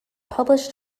published